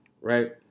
right